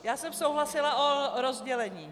Já jsem souhlasila s rozdělením.